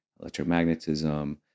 electromagnetism